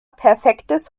perfektes